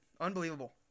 Unbelievable